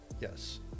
yes